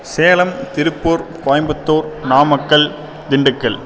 Salem Tiruppur Coimbatore Namakkal Dindigul